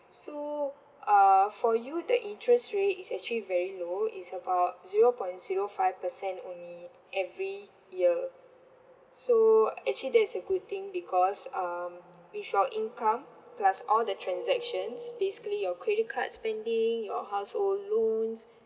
so uh for you that interest rate is actually very low it's about zero point zero five per cent only every year so actually that's a good thing because um with your income plus all the transactions basically your credit cards spending your household loans